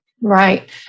right